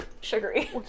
sugary